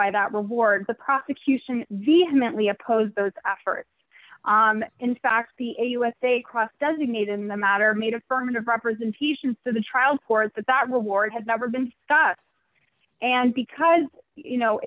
by that reward the prosecution vehemently opposed those efforts in fact be a usa cross designated in the matter made affirmative representations to the trial court that that reward had never been stuck and because you know